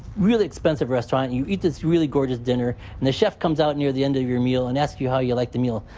really expensive restaurant, you eat this really gorgeous dinner, and the chef comes out near the end of your meal, and asks you how you liked the meal,